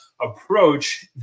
approach